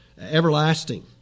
everlasting